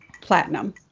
platinum